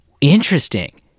interesting